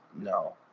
no